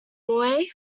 boy